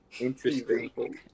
interesting